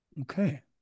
Okay